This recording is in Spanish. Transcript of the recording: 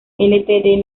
ltd